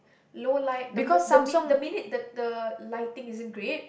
low light the mo~ the mi~ the minute that the lighting isn't great